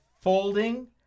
folding